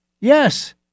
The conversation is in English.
Yes